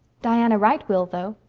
diana wright will, though.